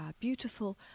beautiful